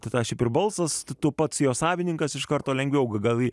šiaip ir balsas tu pats jo savininkas iš karto lengviau gal